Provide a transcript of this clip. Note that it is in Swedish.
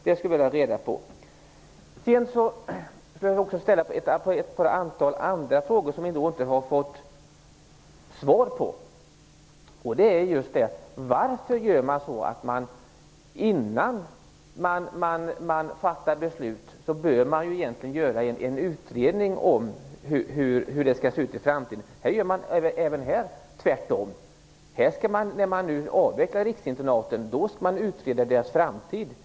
Det finns ytterligare ett antal frågor som vi inte har fått något svar på. Innan beslut fattas bör en utredning göras av hur det skall se ut i framtiden. Men även här gör man tvärtom. När riksinternaten avvecklas skall man ju utreda deras framtid.